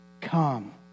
come